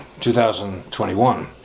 2021